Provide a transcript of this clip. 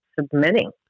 submitting